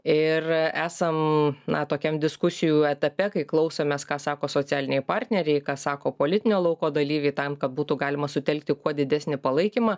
ir esam na tokiam diskusijų etape kai klausomės ką sako socialiniai partneriai ką sako politinio lauko dalyviai tam kad būtų galima sutelkti kuo didesnį palaikymą